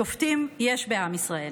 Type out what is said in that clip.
שופטים יש בעם ישראל,